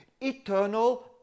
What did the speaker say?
Eternal